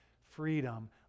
freedom